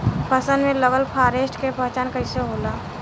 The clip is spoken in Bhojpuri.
फसल में लगल फारेस्ट के पहचान कइसे होला?